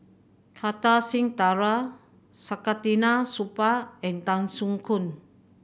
Kartar Singh Thakral Saktiandi Supaat and Tan Soo Khoon